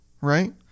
right